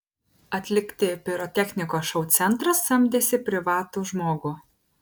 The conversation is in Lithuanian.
atlikti pirotechnikos šou centras samdėsi privatų žmogų